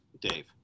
Dave